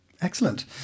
Excellent